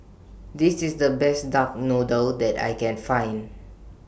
This IS The Best Duck Noodle that I Can Find